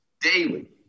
daily